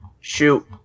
shoot